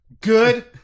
Good